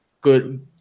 good